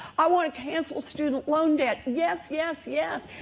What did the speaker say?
i want to cancel student loan debt. yes, yes, yes.